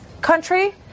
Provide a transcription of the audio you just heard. country